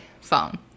phone